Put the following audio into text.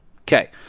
Okay